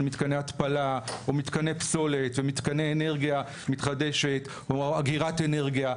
מתקני התפלה או מתקני פסולת ומתקני אנרגיה מתחדשת או אגירת אנרגיה.